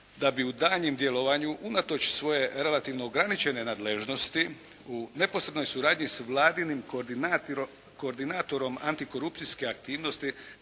da bi u daljnjem djelovanju unatoč svoje relativno ograničene nadležnosti u neposrednoj suradnji s Vladinim koordinatorom antikorupcijske aktivnosti